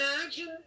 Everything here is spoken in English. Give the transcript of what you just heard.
imagine